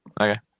Okay